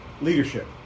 leadership